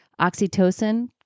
Oxytocin